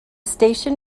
station